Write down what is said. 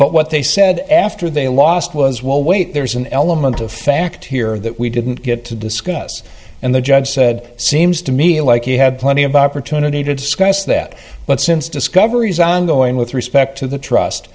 but what they said after they lost was well wait there's an element of fact here that we didn't get to discuss and the judge said seems to me like you had plenty of opportunity to discuss that but since discovery is ongoing with respect to the trust